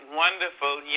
wonderful